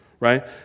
right